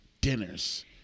dinners